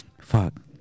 Fuck